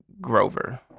Grover